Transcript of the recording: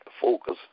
focus